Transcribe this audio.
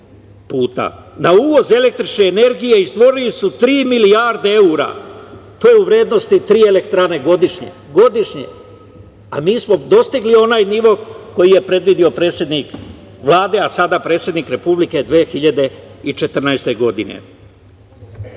uvoz električne energije izdvojili su tri milijarde evra, to je u vrednosti tri elektrane godišnje, a mi smo dostigli onaj nivo koji je predvideo predsednik Vlade, a sada predsednik Republike 2014. godine. Da